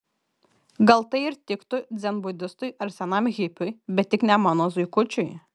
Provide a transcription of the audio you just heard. gal tai ir tiktų dzenbudistui ar senam hipiui bet tik ne mano zuikučiui